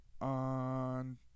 on